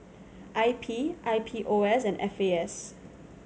I P I P O S and F A S